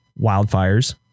wildfires